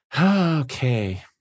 Okay